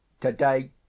Today